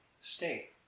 Stay